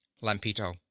Lampito